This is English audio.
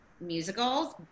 musicals